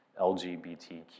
LGBTQ